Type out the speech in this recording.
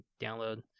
download